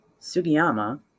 Sugiyama